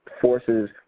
forces